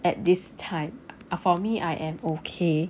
at this time ah for me I am okay